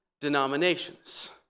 denominations